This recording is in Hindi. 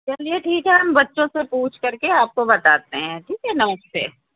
चलिए ठीक है हम बच्चों से पूछ कर के आपको बताते हैं ठीक है नमस्ते